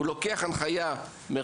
אלא הם לוקחים הנחיה מרחבית,